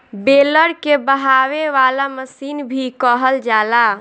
baler के बहावे वाला मशीन भी कहल जाला